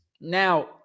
Now